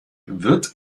wird